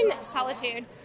solitude